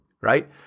right